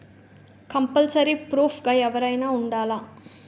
Compulsory proof గా ఎవరైనా ఉండాలా?